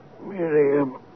Miriam